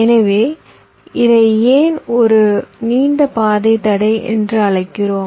எனவே இதை ஏன் ஒரு நீண்ட பாதை தடை என்று அழைக்கிறோம்